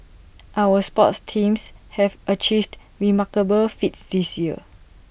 our sports teams have achieved remarkable feats this year